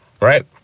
right